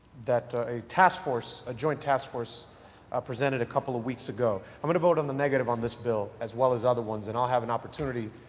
that a task force, ah joint task force ah presented a couple of weeks ago. um i'll vote on the negative on this bill as well as other ones and i'll have an opportunity